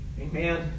Amen